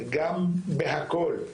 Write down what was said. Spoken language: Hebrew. גם בהכל,